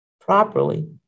properly